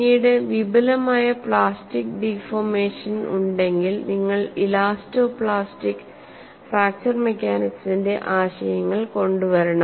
പിന്നീട് വിപുലമായ plastic deformation ഉണ്ടെങ്കിൽ നിങ്ങൾ ഇലാസ്റ്റോ പ്ലാസ്റ്റിക് ഫ്രാക്ചർ മെക്കാനിക്സിന്റെ ആശയങ്ങൾ കൊണ്ടുവരണം